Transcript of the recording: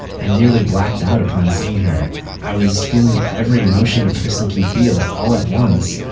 i nearly blacked out upon seeing her. i was feeling every emotion a person can feel all at once.